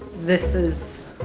this is,